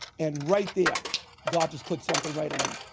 and right there god just clicked something right in me.